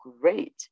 great